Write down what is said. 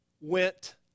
went